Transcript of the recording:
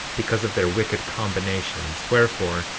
because of their wicked combinations wherefore,